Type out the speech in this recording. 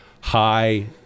high